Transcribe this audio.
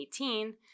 2018